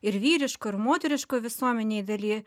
ir vyriško ir moteriško visuomenėj daly